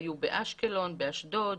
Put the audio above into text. היו באשקלון, באשדוד,